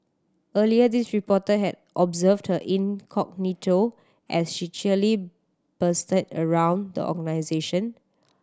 earlier this reporter had observed her incognito as she cheerily bustled around the organisation